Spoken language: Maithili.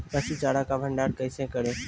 पसु चारा का भंडारण कैसे करें?